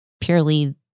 purely